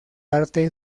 arte